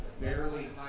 barely